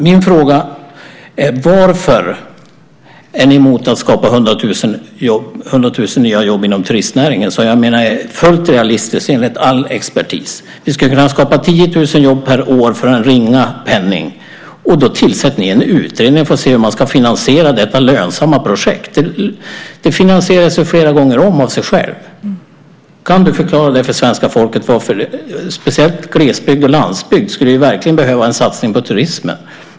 Min fråga är: Varför är ni emot att skapa 100 000 nya jobb inom turistnäringen? Det är fullt realistiskt enligt all expertis. Vi skulle kunna skapa 10 000 jobb per år för en ringa penning. Då tillsätter ni en utredning för att se hur man ska finansiera detta lönsamma projekt. Det finansierar sig flera gånger om av sig själv. Kan du förklara det för svenska folket? Speciellt glesbygd och landsbygd skulle verkligen behöva en satsning på turismen.